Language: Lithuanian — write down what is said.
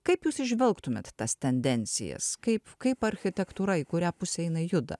kaip jūs įžvelgtumėt tas tendencijas kaip kaip architektūra į kurią pusę jinai juda